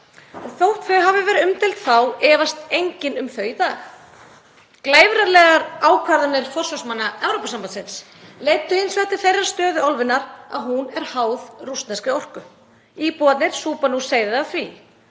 Þótt þau hafi verið umdeild þá efast enginn um þau í dag. Glæfralegar ákvarðanir forsvarsmanna Evrópusambandsins leiddu hins vegar til þeirrar stöðu álfunnar að hún er háð rússneskri orku. Íbúarnir súpa nú seyðið af því.